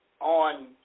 on